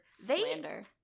Slander